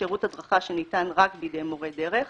שירות הדרכה שניתן רק בידי מורי דרך.